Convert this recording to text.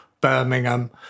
Birmingham